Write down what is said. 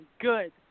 Good